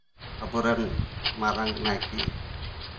ᱟᱵᱚ ᱨᱮᱱ ᱢᱟᱨᱟᱝ ᱱᱟᱭᱠᱮᱹ